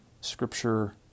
Scripture